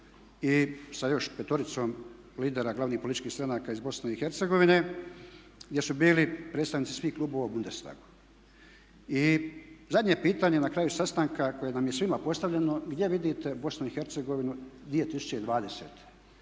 i sa još petoricom lidera glavnih političkih stranaka iz Bosne i Hercegovine gdje su bili predstavnici svih klubova u Bundestagu. I zadnje pitanje na kraju sastanka koje nam je svima postavljeno gdje vidite Bosnu i Hercegovinu 2020.